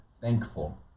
thankful